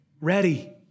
ready